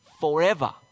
forever